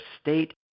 state